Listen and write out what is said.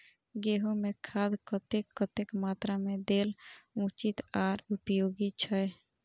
गेंहू में खाद कतेक कतेक मात्रा में देल उचित आर उपयोगी छै?